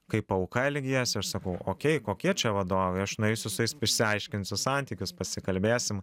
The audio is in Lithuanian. kaip auka elgiesi aš sakau okei kokie čia vadovai aš nueisiu su jais išsiaiškinsiu santykius pasikalbėsim